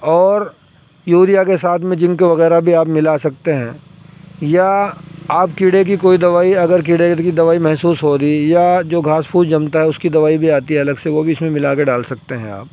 اور یوریا کے ساتھ میں جینک وغیرہ بھی آپ ملا سکتے ہیں یا آپ کیڑے کی کوئی دوائی اگر کیڑے کی دوائی محسوس ہو رہی ہے یا جو گھاس پھوس جمتا ہے اس کی دوائی بھی آتی ہے الگ سے وہ بھی اس میں ملا کے ڈال سکتے ہیں آپ